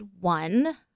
one